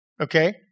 okay